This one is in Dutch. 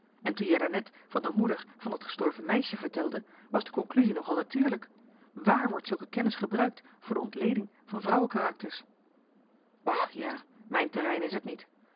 en toen jij daarnet van de moeder van dat gestorven meisje vertelde was de conclusie nog al natuurlijk wààr wordt zulke kennis gebruikt voor de ontleding van vrouwekarakters och ja mijn terrein is het niet